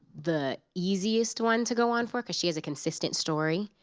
the easiest one to go on for, because she has a consistent story.